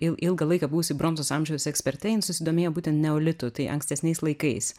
il ilgą laiką buvusi bronzos amžiaus eksperte jin susidomėjo būtent neolitu tai ankstesniais laikais